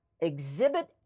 Exhibit